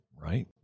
right